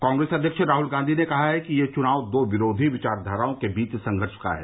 कांग्रेस अध्यक्ष राहल गांवी ने कहा है कि यह चुनाव दो विरोधी विचाखाराओं के बीच संघर्ष का है